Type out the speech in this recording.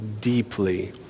deeply